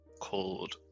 called